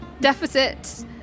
Deficit